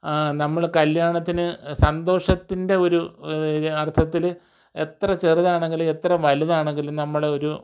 നമ്മൾ കല്യണത്തിന് സന്തോഷത്തിൻ്റെ ഒരു അർത്ഥത്തിൽ എത്ര ചെറുതാണെങ്കിലും എത്ര വലുതാണെങ്കിലും നമ്മൾ ഒരു